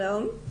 שלום.